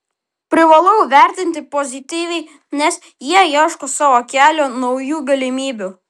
privalau vertinti pozityviai nes jie ieško savo kelio naujų galimybių